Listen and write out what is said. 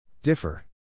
Differ